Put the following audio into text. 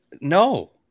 No